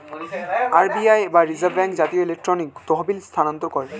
RBI বা reserve bank জাতীয় electronic তহবিল স্থানান্তর করে